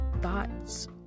thoughts